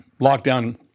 lockdown